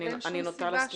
אני נוטה להסכים.